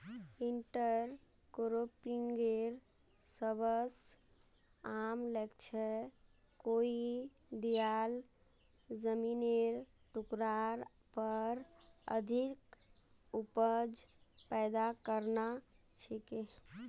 इंटरक्रॉपिंगेर सबस आम लक्ष्य कोई दियाल जमिनेर टुकरार पर अधिक उपज पैदा करना छिके